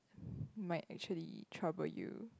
might actually trouble you